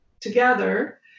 together